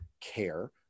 care